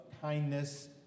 kindness